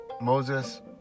Moses